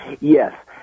Yes